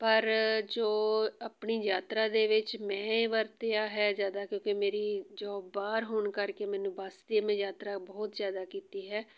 ਪਰ ਜੋ ਆਪਣੀ ਯਾਤਰਾ ਦੇ ਵਿੱਚ ਮੈਂ ਵਰਤਿਆ ਹੈ ਜ਼ਿਆਦਾ ਕਿਉਂਕਿ ਮੇਰੀ ਜੋਬ ਬਾਹਰ ਹੋਣ ਕਰਕੇ ਮੈਨੂੰ ਬੱਸ 'ਤੇ ਮੈਂ ਯਾਤਰਾ ਬਹੁਤ ਜ਼ਿਆਦਾ ਕੀਤੀ ਹੈ